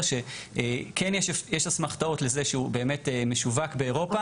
שכן יש אסמכתאות לזה שהוא באמת משווק באירופה.